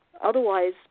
Otherwise